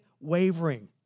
wavering